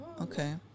Okay